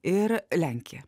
ir lenkija